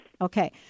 Okay